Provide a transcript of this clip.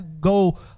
go